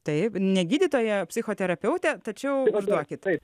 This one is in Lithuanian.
taip ne gydytoja psichoterapeutė tačiau užduokite